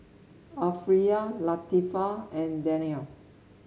Arifa Latifa and Daniel